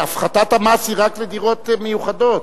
שהפחתת המס היא רק לדירות מיוחדות.